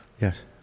Yes